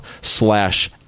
slash